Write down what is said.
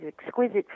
exquisite